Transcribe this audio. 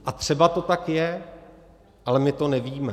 A třeba to tak je, ale my to nevíme.